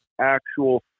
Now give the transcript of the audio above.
actual